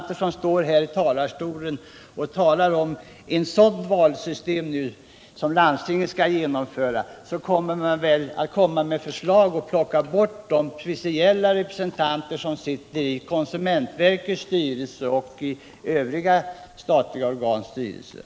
De som från talarstolen här i dag talar om den typ av valsystem som landstingen skall genomföra kommer säkert också med förslag som innebär att man plockar bort de principiella representanter som sitter i konsumentverkets styrelse och i Övriga statliga organs styrelser.